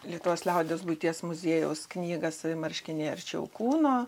lietuvos liaudies buities muziejaus knygą savi marškiniai arčiau kūno